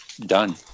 done